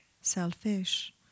selfish